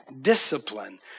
discipline